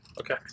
okay